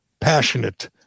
passionate